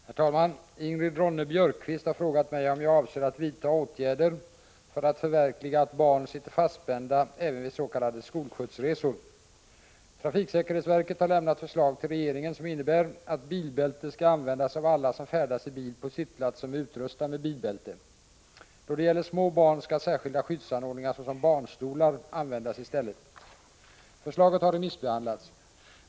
Herr talman! Ingrid Ronne-Björkqvist har frågat mig om jag avser att vidta åtgärder för att förverkliga att barn sitter fastspända även vid s.k. skolskjutsresor. Trafiksäkerhetsverket har lämnat förslag till regeringen som innebär att bilbälte skall användas av alla som färdas i bil på sittplats som är utrustad med bilbälte. Då det gäller små barn skall särskilda skyddsanordningar såsom barnstolar användas i stället. Förslaget har remissbehandlats.